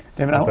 david, but